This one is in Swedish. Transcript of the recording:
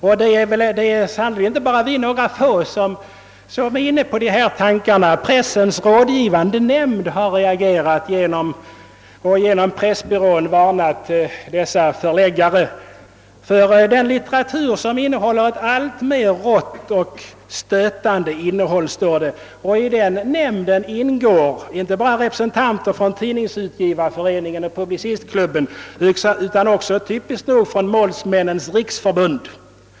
Vi är sannerligen inte bara ett fåtal som är inne på dessa tankar. Pressens rådgivande nämnd har reagerat och genom Pressbyrån varnat förläggarna för den litteratur, som har »ett alltmer rått och stötande innehåll». I denna nämnd ingår inte bara representanter för svenska tidningsutgivareföreningen och Puplicistklubben utan också typiskt nog för Målsmännens riksförbund.